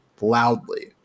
loudly